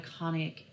iconic